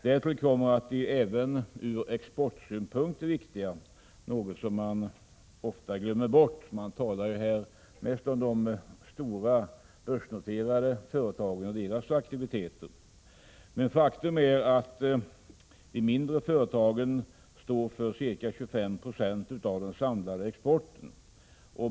Därtill kommer att de även ur exportsynpunkt är viktiga, något som ofta glöms bort. Man talar mest om de stora börsnoterade företagen och deras aktiviteter. Faktum är att de mindre företagen står för 25 96 av den samlade exporten.